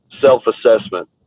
self-assessment